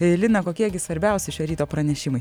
lina kokie gi svarbiausi šio ryto pranešimai